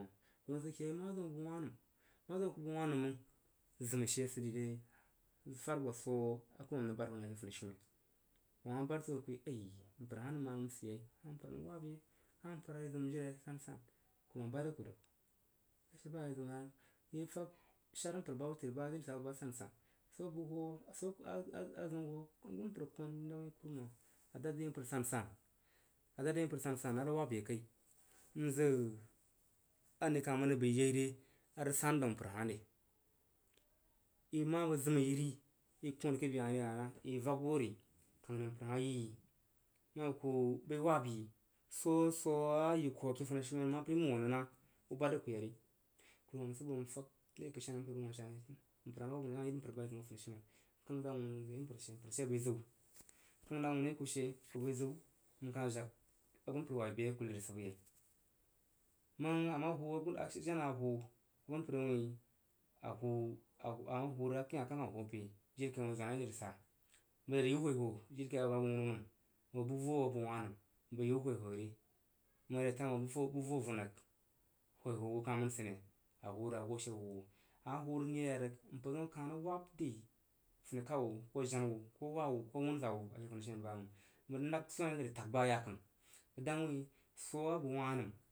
N zəgki nrig gang bu wuni, wui ku bəg wah nəm zim she sid dəire yei ri pad abo swo a kurumam rig bad ku ki ke funi shiumen kuruman mah bad kurig kuyi ai mpər nəm ma mən siyei a bah mpə a rig wabye. A hah mpər a zim jiri’a sansan kuruma bad zəg kurig a she ba i rig dang’a i fag shar mpər ba whub təri ba nəri sansan swa abəg huu’a swo a a zəu hu agunpər kn nai kurumam adad zig yi mpər asasan, adad zig yi mpər a rig wab ye kai n zig ane kah rig həi yei re a rig san daun mpər hah re? I ma bəg zim wuri i kon ake be hari hah na? Ivak wo ri kang zig mpər hah yi i ma ku woi rig wab yi swo swoh a yi ku a ke funi shiumen ma mon rig nah? U bad zig ku yar. Kuruma sid bo m fag nai kəi sheni mpər hah mah səi vak dəi mər ba hah ke funishumen ku ken zəg a wunu m zig yi mpər she mpərshe bəi zəu bəg kang za awunu yi ku she, ku bəi ziu, m kah jag asunpər wab’i be a ku nər sib yei məng a a hu bə jana a hu! Asunpər wuin a hu ahah hurig akjin ha kah a kah hu ape jirikai mang zwan a nəri sah! Bəg yi rig yiy hwohwo jiri kaiməng bəg bu vo abəg wah nəm bəg yi rig yiu hwohwo re. Məg ve tam hah bu vo vunəg hwo wu kah mən sid ne? A hu she hu hu a ma hu n ye ya rig mpər zəu a kuh rig wad dri funikuhwu, ko wa’wu, ko jena wu ko wah wu ko wunza wu ake funishiumen baye məng. Bəg nag zwani a nəri ag ba ayakanu n dang yi swo abəg wah nən.